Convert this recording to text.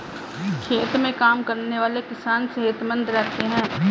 खेत में काम करने वाले किसान सेहतमंद रहते हैं